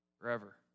forever